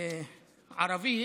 לערבית.